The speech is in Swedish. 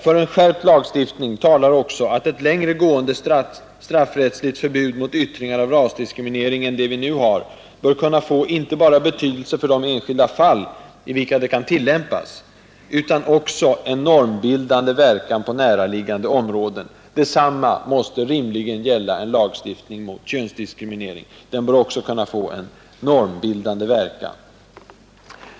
”För en skärpt lagstiftning talar också att ett längre gående straffrättsligt förbud mot yttringar av rasdiskriminering än det vi nu har bör kunna få inte bara betydelse för de enskilda fall, i vilka det kan tillämpas, utan också en normbildande verkan på näraliggande områden.” Detsamma 53 måste rimligen gälla en lagstiftning mot könsdiskriminering. Också den bör kunna få en normbildande verkan.